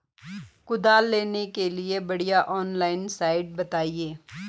कुदाल लेने के लिए बढ़िया ऑनलाइन साइट बतायें?